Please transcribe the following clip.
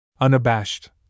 Unabashed